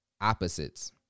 opposites